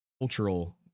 cultural